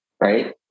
right